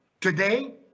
today